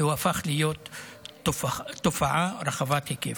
כי הוא הפך להיות תופעה רחבת היקף.